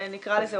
נקרא לזה,